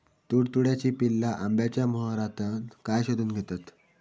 तुडतुड्याची पिल्ला आंब्याच्या मोहरातना काय शोशून घेतत?